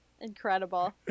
Incredible